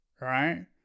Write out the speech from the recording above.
right